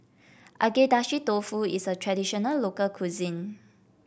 Agedashi Dofu is a traditional local cuisine